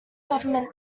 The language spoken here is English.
government